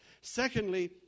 Secondly